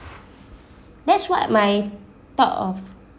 that's what my thought of